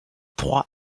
trois